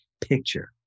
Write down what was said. picture